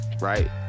right